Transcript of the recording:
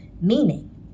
Meaning